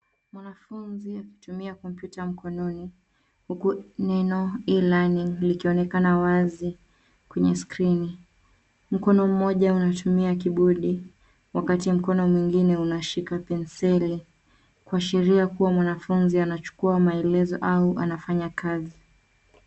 Mwanafunzi akitumia kompyuta mkononi huku neno E-LEARNING likionekana wazi kwenye skrini. Mkono mmoja unatumia kibodi wakati mkono mwingine unashika penseli kuashiria kuwa mwanafunzi anachukuwa maelezo au anafanya kazi.